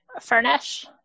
Furnish